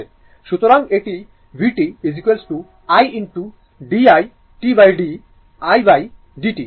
সুতরাং এটি vt l d i td id t